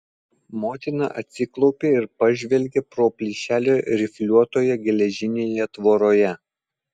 motina atsiklaupė ir pažvelgė pro plyšelį rifliuotoje geležinėje tvoroje